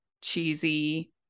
cheesy